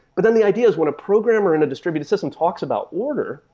but then the idea is when a programmer in a distributed system talks about order,